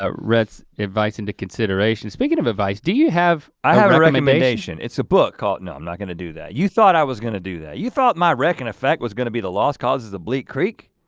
ah rhett's advice into consideration, speaking of advice, do you have? i have a recommendation. it's a book called, no i'm not gonna do that. you thought i was gonna do that. you thought my rec and effect was gonna be the lost causes of bleak creek?